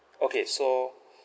okay so